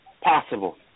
possible